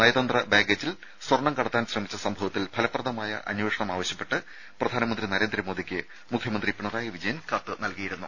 നയതന്ത്ര ബാഗേജിൽ സ്വർണ്ണം കടത്താൻ ശ്രമിച്ച സംഭവത്തിൽ ഫലപ്രദമായ അന്വേഷണം ആവശ്യപ്പെട്ട് പ്രധാനമന്ത്രി നരേന്ദ്രമോദിക്ക് മുഖ്യമന്ത്രി പിണറായി വിജയൻ കത്ത് നൽകിയിരുന്നു